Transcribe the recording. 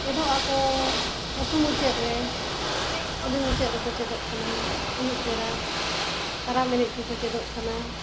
ᱪᱮᱫᱚᱜ ᱟᱠᱚ ᱟᱛᱳ ᱢᱩᱪᱟᱹᱫ ᱨᱮ ᱠᱩᱞᱦᱤ ᱢᱩᱪᱟᱹᱫ ᱨᱮᱠᱚ ᱪᱮᱫᱚᱜ ᱠᱟᱱᱟ ᱟᱹᱭᱩᱵ ᱵᱮᱲᱟ ᱠᱟᱨᱟᱢ ᱮᱱᱮᱡ ᱠᱚᱠᱚ ᱪᱮᱫᱚᱜ ᱠᱟᱱᱟ